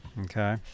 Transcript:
okay